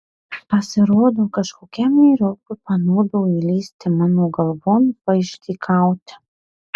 pasirodo kažkokiam vyriokui panūdo įlįsti mano galvon paišdykauti